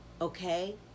okay